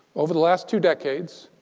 over last two decades,